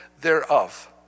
thereof